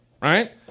right